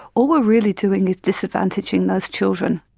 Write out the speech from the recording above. all we're really doing is disadvantaging those children.